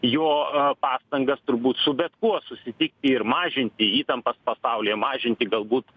jo pastangas turbūt su bet kuo susitikti ir mažinti įtampas pasaulyje mažinti galbūt